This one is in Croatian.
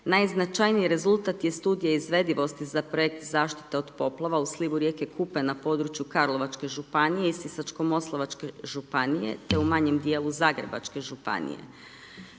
Najznačajnim rezultat je studije izvedivosti za projekt zaštite od poplava u slivu rijeke Kupe na području Karlovačke županije i Sisačko moslavačke županije, te u manjem dijelu Zagrebačke županije.